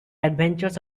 adventures